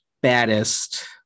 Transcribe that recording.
baddest